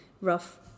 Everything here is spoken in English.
rough